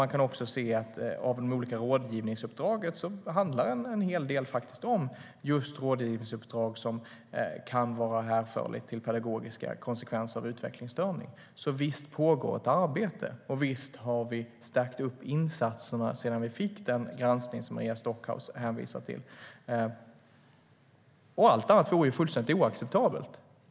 Man kan också se att en hel del av rådgivningsuppdragen just är rådgivningsuppdrag som kan vara hänförliga till pedagogiska konsekvenser av utvecklingsstörning. Visst pågår ett arbete, och visst har vi stärkt insatserna sedan vi fick den granskning som Maria Stockhaus hänvisar till. Allt annat vore fullständigt oacceptabelt.